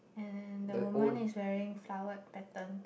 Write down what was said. and the women is wearing flowered pattern